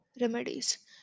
remedies